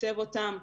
לתקצב אותם.